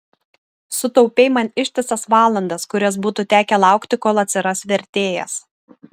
sutaupei man ištisas valandas kurias būtų tekę laukti kol atsiras vertėjas